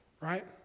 right